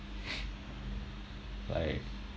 like